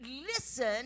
listen